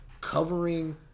covering